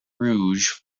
rouge